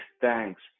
thanks